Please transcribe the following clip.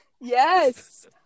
Yes